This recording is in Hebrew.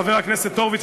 חבר הכנסת הורוביץ,